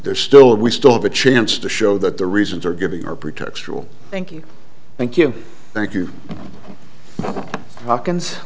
they're still and we still have a chance to show that the reasons are giving our pretextual thank you thank you thank you hopkins